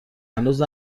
هنوز